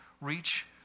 reach